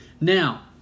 Now